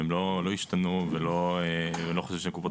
הם לא השתנו ואני לא חושב שקופות החולים